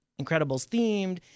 Incredibles-themed